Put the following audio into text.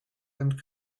and